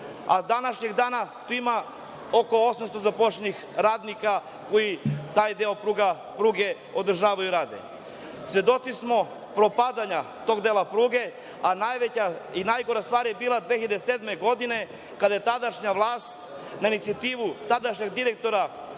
do današnjeg dana tu ima oko 800 zaposlenih radnika koji taj deo pruge održavaju i rade. Svedoci smo propadanja tog dela pruge, a najveća i najgora stvar je bila 2007. godine, kada je tadašnja vlast, na inicijativu tadašnjeg direktora